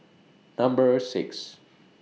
Number six